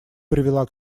привела